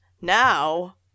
now